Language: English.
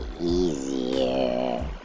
easier